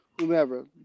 Whomever